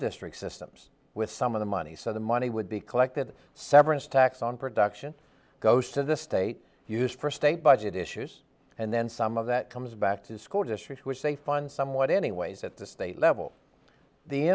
district systems with some of the money so the money would be collected severance tax on production goes to the state used for state budget issues and then some of that comes back to school districts which they fund somewhat anyways at the state level the